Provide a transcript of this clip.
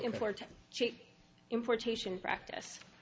important importation practice